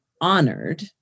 honored